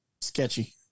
sketchy